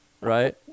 Right